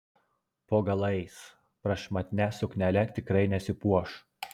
po galais prašmatnia suknele tikrai nesipuoš